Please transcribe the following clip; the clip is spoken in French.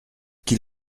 qu’il